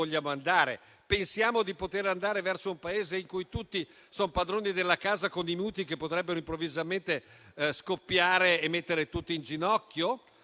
pensiamo di poter andare verso un Paese in cui tutti sono padroni della casa con i mutui che potrebbero improvvisamente scoppiare e mettere tutti in ginocchio?